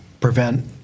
prevent